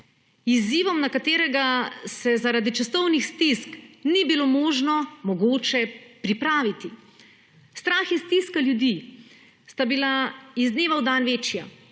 izzivom, za katerega se zaradi časovnih stisk ni bilo mogoče pripraviti. Strah in stiska ljudi sta bila iz dneva v dan večja.